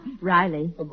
Riley